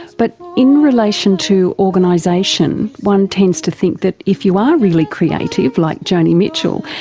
but in relation to organisation, one tends to think that if you are really creative, like joni mitchell,